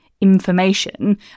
information